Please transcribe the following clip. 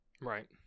Right